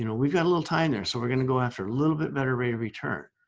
you know we've got a little time there, so we're going to go after a little bit better rate of return.